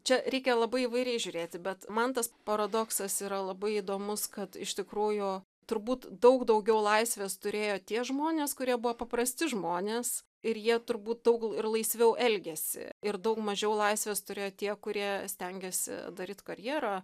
čia reikia labai įvairiai žiūrėti bet man tas paradoksas yra labai įdomus kad iš tikrųjų turbūt daug daugiau laisvės turėjo tie žmonės kurie buvo paprasti žmonės ir jie turbūt daug ir laisviau elgėsi ir daug mažiau laisvės turėjo tie kurie stengėsi daryt karjerą